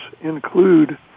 include